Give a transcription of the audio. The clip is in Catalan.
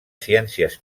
ciències